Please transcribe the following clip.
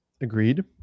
Agreed